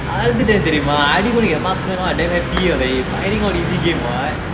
அழுதுட்டென் தெரிமா:aluthutten therima I think I going to get marksman [one] I damn happy eh right finding all the easy game what